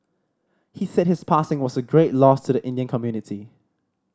he said his passing was a great loss to the Indian community